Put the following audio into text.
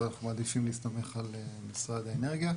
אבל אנחנו מעדיפים להסתמך על משרד האנרגיה,